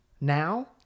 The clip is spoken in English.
now